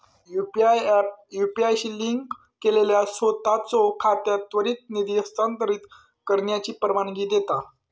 UPI app UPI शी link केलेल्या सोताचो खात्यात त्वरित निधी हस्तांतरित करण्याची परवानगी देता